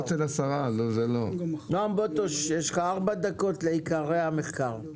נועם בוטוש, יש לך ארבע דקות לעיקרי המחקר.